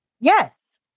yes